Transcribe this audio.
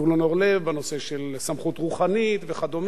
אורלב בנושא של סמכות רוחנית וכדומה,